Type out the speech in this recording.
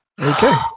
Okay